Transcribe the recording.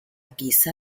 guisa